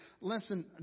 listen